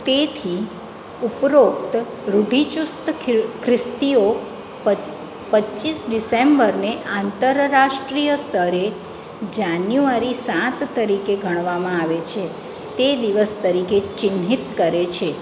તેથી ઉપરોક્ત રૂઢિચુસ્ત ખ્રિસ્તીઓ પચીસ ડિસેમ્બરને આંતરરાષ્ટ્રીય સ્તરે જાન્યુઆરી સાત તરીકે ગણવામાં આવે છે તે દિવસ તરીકે ચિહ્નિત કરે છે